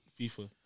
FIFA